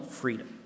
freedom